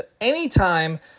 anytime